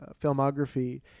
filmography